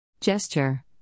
Gesture